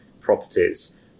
properties